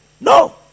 No